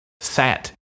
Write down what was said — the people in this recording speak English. sat